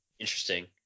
Interesting